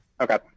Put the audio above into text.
Okay